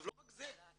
לא רק זה,